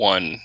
One